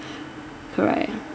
correct